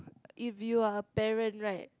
if you are a parent right